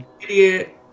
idiot